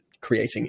creating